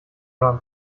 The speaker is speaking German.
waren